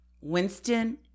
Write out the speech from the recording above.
Winston